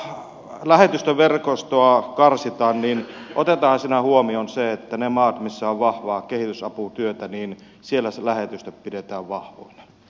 kun tätä lähetystöverkostoa karsitaan niin otetaanhan siinä huomioon se että niissä maissa missä on vahvaa kehitysaputyötä ne lähetystöt pidetään vahvoina